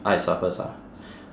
I start first ah